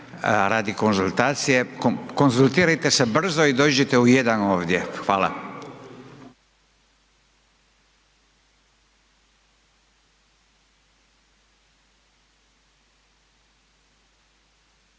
radi konzultacije, konzultirajte se brzo i dođite u 1 ovdje, hvala. STANKA